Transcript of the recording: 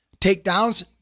takedowns